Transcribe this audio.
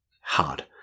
hard